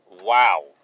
Wow